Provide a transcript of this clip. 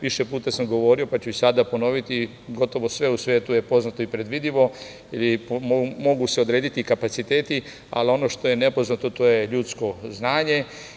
Više puta sam govorio, pa ću i sada ponoviti, gotovo sve u svetu je poznato i predvidimo, mogu se odrediti kapaciteti, ali ono što je nepoznato to je ljudsko znanje.